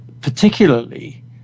particularly